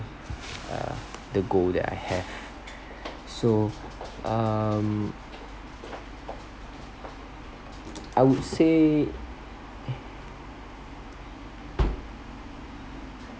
uh the goal that I have so um I would say